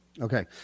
okay